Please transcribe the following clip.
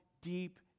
deep